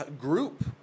group